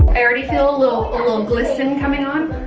already feel a little ah little glisten coming on.